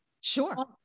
Sure